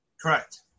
Correct